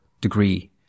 degree